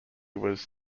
was